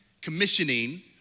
commissioning